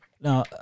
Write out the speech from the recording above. Now